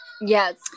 Yes